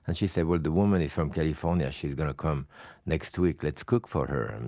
and she said, well the woman from california, she's going to come next week. let's cook for her.